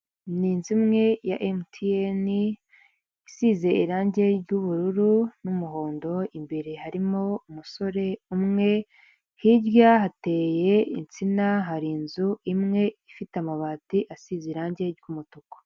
Ni inzu imwe ya emutiyeni isize irange ry'ubururu n'umuhondo imbere harimo umusore umwe hirya hateye insina hari inzu imwe ifite amabati asize irange ry'umutuku.